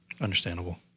Understandable